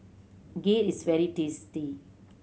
kheer is very tasty